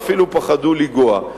ואפילו פחדו לנגוע.